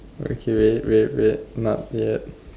okay wait wait wait not yet